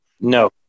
No